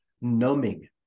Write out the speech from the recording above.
numbing